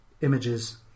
images